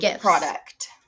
product